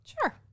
sure